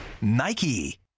Nike